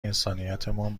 انسانیتمان